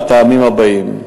מהטעמים הבאים: